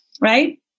right